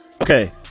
Okay